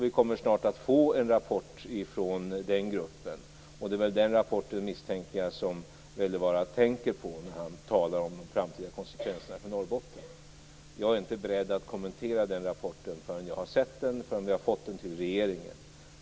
Vi kommer snart att få en rapport från den gruppen. Det är väl den rapporten, misstänker jag, som Wälivaara tänker på när han talar om de framtida konsekvenserna för Norrbotten. Jag är inte beredd att kommentera rapporten förrän vi har fått den till regeringen.